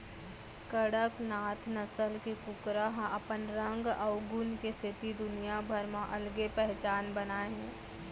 कड़कनाथ नसल के कुकरा ह अपन रंग अउ गुन के सेती दुनिया भर म अलगे पहचान बनाए हे